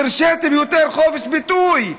אז הרשיתם יותר חופש ביטוי.